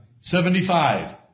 Seventy-five